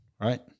right